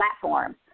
platforms